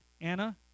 Anna